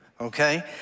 okay